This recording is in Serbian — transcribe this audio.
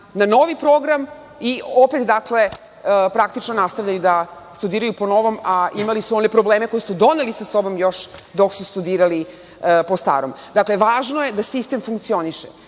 na novi program i opet, dakle, praktično nastavljaju da studiraju po novom, a imali su one probleme koje su doneli sa sobom još dok su studirali po starom. Dakle, važno je da sistem funkcioniše.